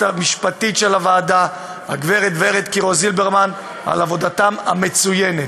המשפטית של הוועדה הגברת ורד קירו-זילברמן על עבודתן המצוינת.